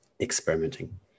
experimenting